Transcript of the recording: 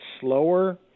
slower